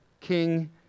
King